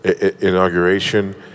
inauguration